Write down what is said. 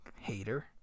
Hater